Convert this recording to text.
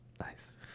Nice